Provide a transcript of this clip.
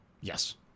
Yes